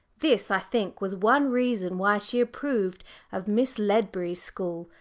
this, i think, was one reason why she approved of miss ledbury's school,